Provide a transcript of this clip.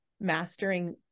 mastering